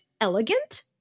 elegant